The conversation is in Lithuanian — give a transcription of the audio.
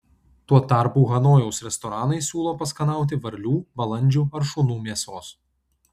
tuo tarpu hanojaus restoranai siūlo paskanauti varlių balandžių ar šunų mėsos